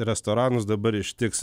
restoranus dabar ištiks